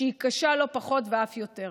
שהיא קשה לא פחות ואף יותר.